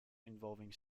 involving